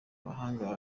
amahanga